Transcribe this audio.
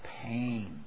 pain